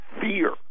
fear